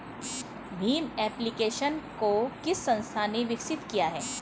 Bhim application को किस संस्था ने विकसित किया है?